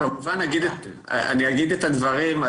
אני אגיד את הדברים,